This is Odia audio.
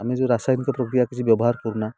ଆମେ ଯେଉଁ ରାସାୟନିକ ପ୍ରକ୍ରିୟା କିଛି ବ୍ୟବହାର କରୁନା